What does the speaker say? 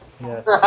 Yes